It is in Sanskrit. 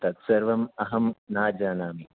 तत्सर्वम् अहं न जानामि